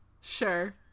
Sure